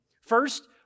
First